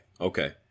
Okay